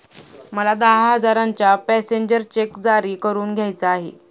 मला दहा हजारांचा पॅसेंजर चेक जारी करून घ्यायचा आहे